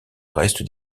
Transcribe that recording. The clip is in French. reste